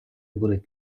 будуть